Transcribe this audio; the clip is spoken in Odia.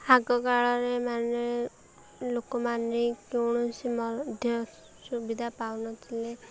ଆଗକାଳରେ ମାନେ ଲୋକମାନେ କୌଣସି ମଧ୍ୟ ସୁବିଧା ପାଉନଥିଲେ